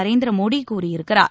நரேந்திர மோடி கூறியிருக்கிறார்